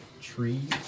trees